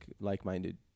like-minded